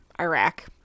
Iraq